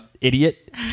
idiot